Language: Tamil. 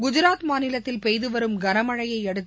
குஜராத் மாநிலத்தில் பெய்து வரும் கனமழையை அடுத்து